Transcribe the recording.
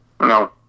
No